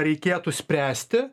reikėtų spręsti